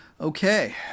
Okay